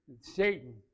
Satan